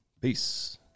Peace